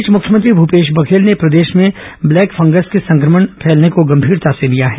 इस बीच मुख्यमंत्री भूपेश बघेल ने प्रदेश में ब्लैक फंगस के संक्रमण फैलने को गंभीरता से लिया है